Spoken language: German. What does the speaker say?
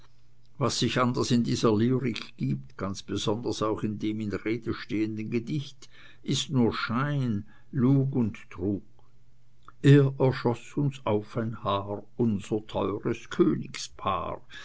was sich anders in dieser lyrik gibt ganz besonders auch in dem in rede stehenden gedicht ist nur schein lug und trug er erschoß uns auf ein haar unser teures königspaar